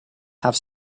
have